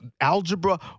algebra